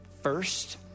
first